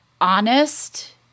honest